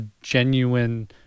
genuine